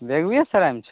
बेगुयेसरायमे छऽ